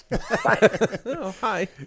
Hi